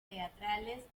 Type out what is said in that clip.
teatrales